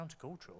countercultural